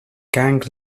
gang